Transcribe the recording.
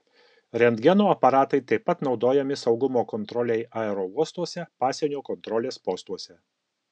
rentgeno aparatai taip pat naudojami saugumo kontrolei aerouostuose pasienio kontrolės postuose